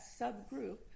subgroup